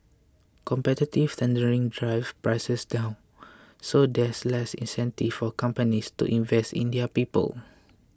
competitive tendering drive prices down so there's less incentive for companies to invest in their people